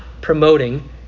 promoting